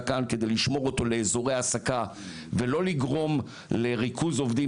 כאן כדי לשמור אותו לאזורי העסקה ולא לגרום לריכוז עובדים